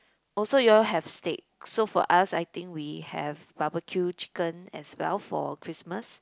also you all have steak so for us I think we have barbecue chicken as well for Christmas